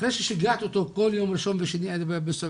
אחרי ששיגעתי אותו כל יום ראשון ושני בעירייה,